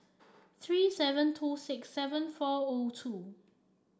three seven two six seven four O two